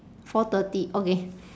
four thirty okay